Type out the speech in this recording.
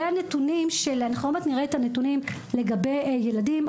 אנחנו עוד מעט נראה את הנתונים לגבי ילדים,